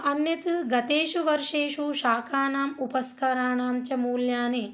अन्यत् गतेषु वर्षेषु शाखानाम् उपस्कराणां च मूल्यानि